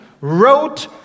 wrote